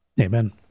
Amen